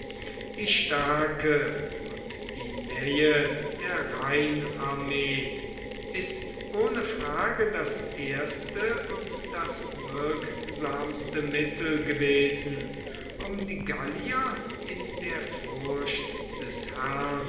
die stärke und die nähe der rheinarmee ist ohne frage das erste und das wirksamste mittel gewesen um die gallier in der furcht des herrn